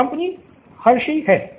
यह company Hershey है